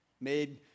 Made